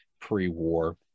pre-war